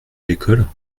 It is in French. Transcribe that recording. l’école